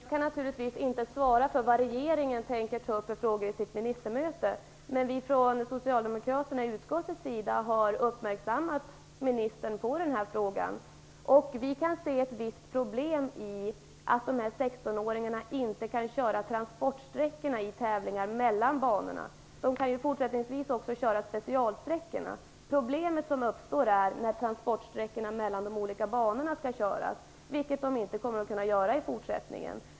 Fru talman! Jag kan naturligtvis inte svara på vad regeringen tänker ta upp för frågor på ministermöten, men vi socialdemokrater i utskottet har uppmärksammat ministern på detta. Vi kan se ett visst problem med att 16-åringarna inte kan köra transportsträckorna mellan banorna under tävlingar. De kan också fortsättningsvis köra specialsträckorna, men problemet uppstår när de skall köra transportsträckorna mellan de olika banorna. Det kommer de inte att kunna göra i fortsättningen.